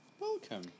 welcome